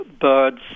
birds